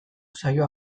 zaio